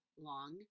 long